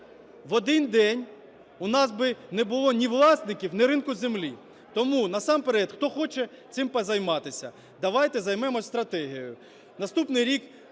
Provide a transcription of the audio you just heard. В один день у нас не було б ні власників, ні ринку землі. Тому, насамперед, хто хоче цим позайматися, давайте займемось стратегією.